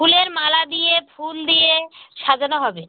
ফুলের মালা দিয়ে ফুল দিয়ে সাজানো হবে